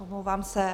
Omlouvám se.